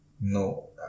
No